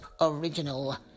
original